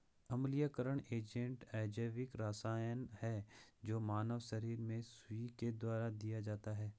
अम्लीयकरण एजेंट अजैविक रसायन है जो मानव शरीर में सुई के द्वारा दिया जाता है